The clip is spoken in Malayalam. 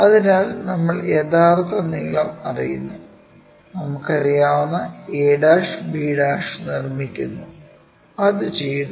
ഒരിക്കൽ നമ്മൾ യഥാർത്ഥ നീളം അറിയുന്നു നമുക്കറിയാവുന്ന ab നിർമ്മിക്കുന്നു അത് ചെയ്തു